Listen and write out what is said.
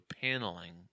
paneling